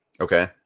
Okay